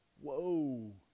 whoa